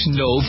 no